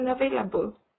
unavailable